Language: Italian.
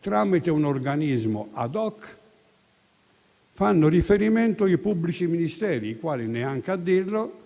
tramite un organismo *ad hoc*, fanno riferimento i pubblici ministeri, i quali, neanche a dirlo,